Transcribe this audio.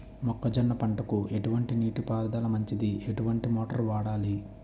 మొక్కజొన్న పంటకు ఎటువంటి నీటి పారుదల మంచిది? ఎటువంటి మోటార్ వాడాలి?